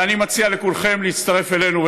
ואני מציע לכולכם להצטרף אלינו,